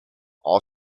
all